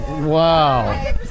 Wow